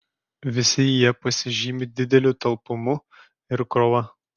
visi jie pasižymi dideliu talpumu ir krova